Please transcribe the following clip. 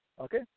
Okay